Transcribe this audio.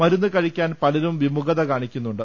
മരുന്ന് കഴിക്കാൻ പലരും വിമുഖത കാണിക്കുന്നുണ്ട്